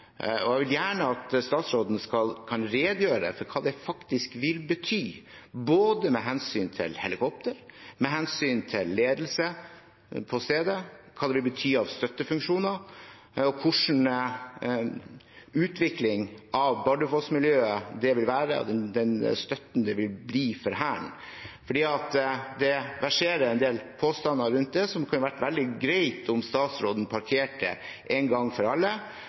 faktisk vil bety, både med hensyn til helikopter, med hensyn til ledelse på stedet, hva det vil bety av støttefunksjoner, og hvilken utvikling av Bardufoss-miljøet det vil være, den støtten det vil bli for Hæren. For det verserer en del påstander rundt det som det kunne vært veldig greit om statsråden parkerte en gang for alle.